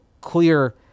clear